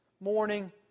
morning